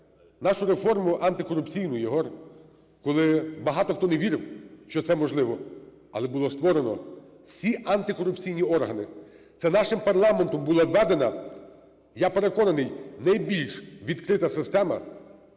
нашу реформу антикорупційну, Єгор, коли багато хто не вірив, що це можливо, але було створено всі антикорупційні органи. Це нашим парламентом була введена, я переконаний, найбільш відкрита система